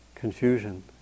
confusion